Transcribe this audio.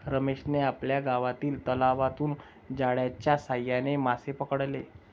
रमेशने आपल्या गावातील तलावातून जाळ्याच्या साहाय्याने मासे पकडले